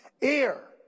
air